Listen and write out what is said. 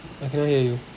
I cannot hear you